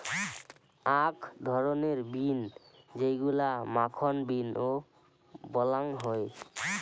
আক ধরণের বিন যেইগুলা মাখন বিন ও বলাং হই